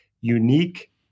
unique